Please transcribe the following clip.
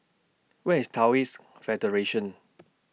Where IS Taoist Federation